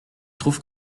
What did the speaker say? trouves